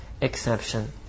exception